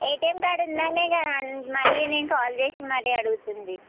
ATM card ఉందనే కదా మళ్ళీ నేను కాల్ చేసి మరీ అడుగుతుంది